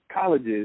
colleges